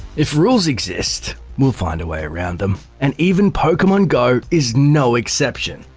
if rules exist, we'll find a way around them, and even pokemon go is no exception.